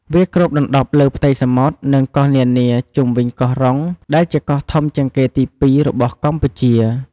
វាគ្របដណ្តប់លើផ្ទៃសមុទ្រ និងកោះនានាជុំវិញកោះរុង ដែលជាកោះធំជាងគេទីពីររបស់កម្ពុជា។